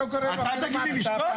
אתה תגיד לי לשתוק?